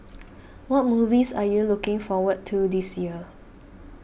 what movies are you looking forward to this year